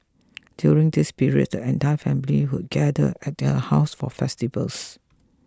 during this period the entire family would gather at her house for festivals